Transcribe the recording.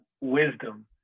wisdom